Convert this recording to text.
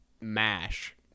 MASH